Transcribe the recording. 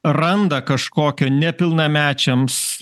randa kažkokio nepilnamečiams